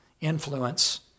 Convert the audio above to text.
influence